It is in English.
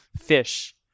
fish